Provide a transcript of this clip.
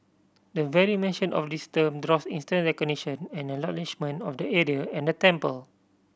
the very mention of this term draws instant recognition and acknowledgement of the area and the temple